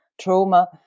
trauma